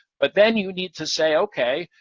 but then you need to say, ok,